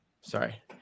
Sorry